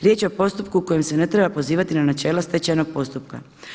Riječ je o postupku kojim se ne treba pozivati na načelo stečajnog postupka.